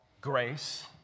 grace